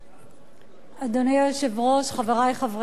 אדוני היושב-ראש, חברי חברי הכנסת,